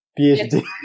PhD